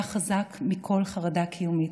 היה חזק מכל חרדה קיומית.